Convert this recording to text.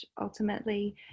ultimately